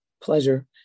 pleasure